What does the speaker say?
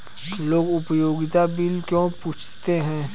लोग उपयोगिता बिल क्यों पूछते हैं?